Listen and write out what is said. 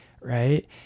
right